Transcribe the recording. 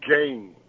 game